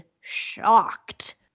shocked